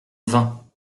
vingt